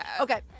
Okay